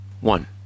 One